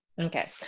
Okay